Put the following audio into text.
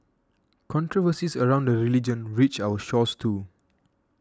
controversies around the religion reached our shores too